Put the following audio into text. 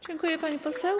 Dziękuję, pani poseł.